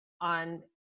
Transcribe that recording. on